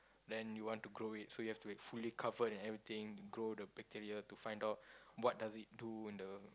then you want to grow it so you have to like fully covered and everything grow the bacteria to find out what does it do in a